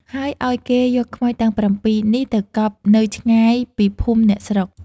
ហើយឲ្យគេយកខ្មោចទាំង ៧ នេះទៅកប់នៅឆ្ងាយពីភូមិអ្នកស្រុក។